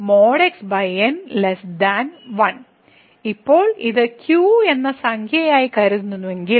| X | N 1 ഇപ്പോൾ ഇത് q എന്ന സംഖ്യയായി കരുതുന്നുവെങ്കിൽ